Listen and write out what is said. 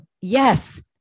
Yes